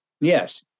Yes